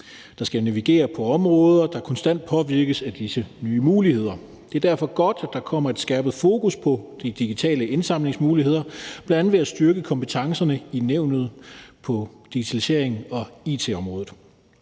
der skal navigere på områder, der konstant påvirkes af disse nye muligheder. Det er derfor godt, at der kommer et skærpet fokus på de digitale indsamlingsmuligheder, bl.a. ved at styrke kompetencerne i nævnet i forhold til digitalisering og på it-området.